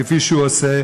כפי שהוא עושה,